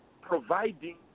providing